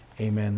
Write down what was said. Amen